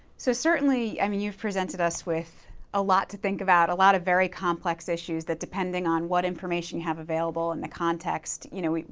so certainly i mean you have presented us with a lot to think about. a lot of very complex issues that depending on what information you have available and the context, you know,